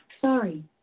Sorry